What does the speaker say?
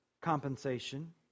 compensation